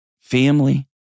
family